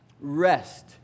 rest